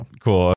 cool